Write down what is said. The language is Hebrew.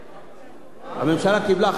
הממשלה קיבלה החלטה לבנות,